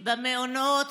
במעונות,